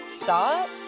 shot